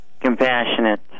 compassionate